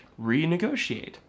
renegotiate